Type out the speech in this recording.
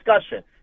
discussion